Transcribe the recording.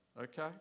okay